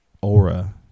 aura